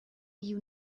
you